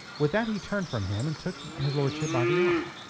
with that he turned from him, and took his lordship by the arm.